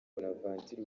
bonaventure